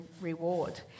reward